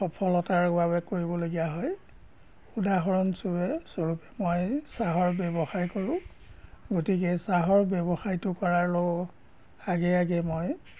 সফলতাৰ বাবে কৰিবলগীয়া হয় উদাহৰণস্বৰূপে স্বৰূপে মই চাহৰ ব্যৱসায় কৰোঁ গতিকে চাহৰ ব্যৱসায়টো কৰাৰ লগ আগে আগে মই